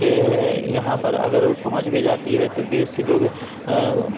کہ یہاں پر اگر پہنچ بھی جاتی ہے تو بیچ سے لوگ